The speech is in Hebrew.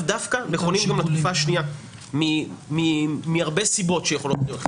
דווקא נכונים גם לתקופה השנייה וזה מהרבה סיבות שיכולות להיות.